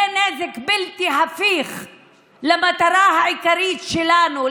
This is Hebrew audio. זה נזק בלתי הפיך למטרה העיקרית שלנו,